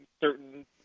certain